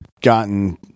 gotten